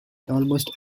almost